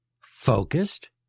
focused